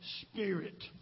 spirit